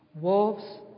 wolves